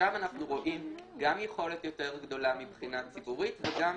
לשם אנחנו רואים גם יכולת יותר גדולה מבחינה ציבורית וגם